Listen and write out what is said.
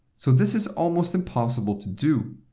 so this is almost impossible to do!